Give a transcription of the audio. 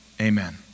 Amen